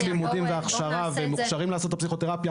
לימודים והכשרה והם מוכשרים לעשות את הפסיכותרפיה